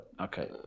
Okay